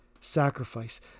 sacrifice